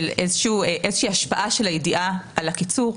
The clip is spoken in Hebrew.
של איזושהי השפעה של הידיעה על הקיצור.